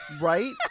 Right